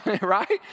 right